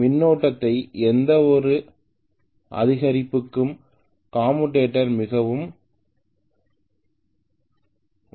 மின்னோட்டத்தின் எந்தவொரு அதிகரிப்புக்கும் காமுடேட்டர் மிகவும் உணர்திறன்